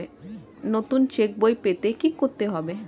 নতুন চেক বই পেতে কী করতে হবে?